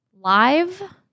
live